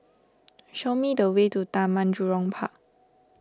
show me the way to Taman Jurong Park